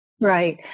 Right